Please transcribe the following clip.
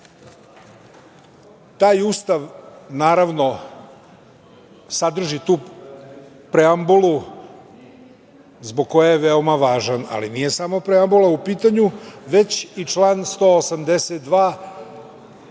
ovde. Taj Ustav sadrži tu preambulu zbog koje je veoma važan, ali nije samo preambula u pitanju, već i član 182.